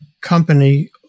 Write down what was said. company